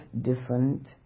different